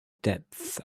depth